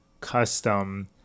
custom